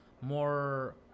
more